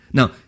Now